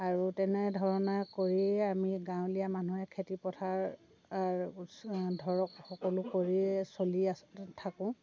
আৰু তেনেধৰণে কৰি আমি গাৱলীয়া মানুহে খেতি পথাৰ ধৰক সকলো কৰিয়ে চলি আছ থাকোঁ